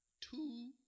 Two